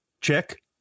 Check